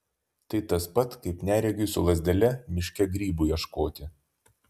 tai tas pat kaip neregiui su lazdele miške grybų ieškoti